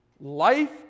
life